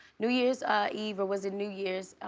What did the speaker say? new years eve or was it new years,